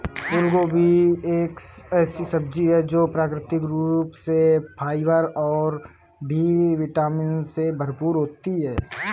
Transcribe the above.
फूलगोभी एक ऐसी सब्जी है जो प्राकृतिक रूप से फाइबर और बी विटामिन से भरपूर होती है